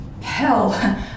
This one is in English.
hell